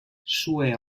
sue